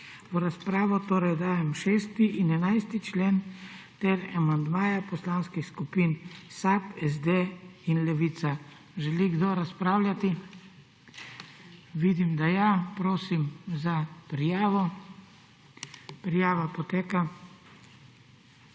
V razpravo dajem 6. in 11. člen ter amandmaje poslanskih skupin SAB, SD in Levica. Želi kdo razpravljati? Vidim, da ja. Prosim za prijavo. Prijava poteka.